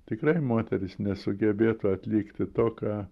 tikrai moteris nesugebėtų atlikti to ką